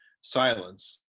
silence